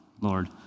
Lord